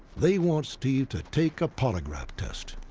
they want steve to take a polygraph test.